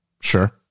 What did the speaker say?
Sure